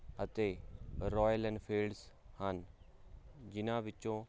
ਅਤੇ ਰੋਇਲ ਇਨਫੀਡਸ ਹਨ ਜਿਹਨਾਂ ਵਿੱਚੋਂ